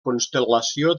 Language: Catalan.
constel·lació